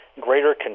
greater